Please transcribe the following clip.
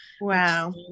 Wow